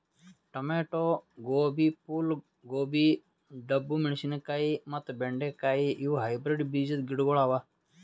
tomato, ಗೋಬಿ, ಫೂಲ್ ಗೋಬಿ, ಡಬ್ಬು ಮೆಣಶಿನಕಾಯಿ ಮತ್ತ ಬೆಂಡೆ ಕಾಯಿ ಇವು ಹೈಬ್ರಿಡ್ ಬೀಜದ್ ಗಿಡಗೊಳ್ ಅವಾ